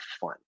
fun